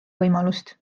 võimalust